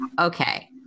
Okay